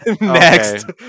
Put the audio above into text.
Next